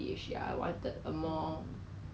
then 只可以 Watsons 跟 Guardian